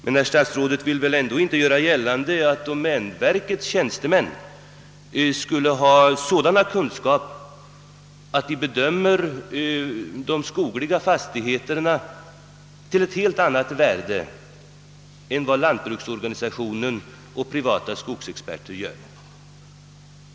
Men statsrådet vill väl ändå inte göra gällande, att domänverkets tjänstemän skulle ha sådana kunskaper att de kan uppskatta de skogliga fastigheterna till ett helt annat värde än vad lantbruksorganisationen och privata skogsexperter gör.